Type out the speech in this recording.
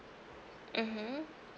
mmhmm